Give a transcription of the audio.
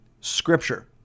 Scripture